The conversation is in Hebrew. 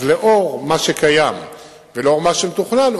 אז לאור מה שקיים ולאור מה שמתוכנן,